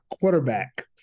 quarterback